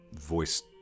voice